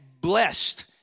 blessed